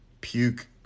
puke